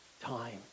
Time